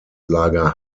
lager